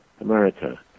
America